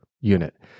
unit